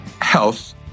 health